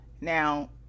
now